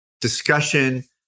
discussion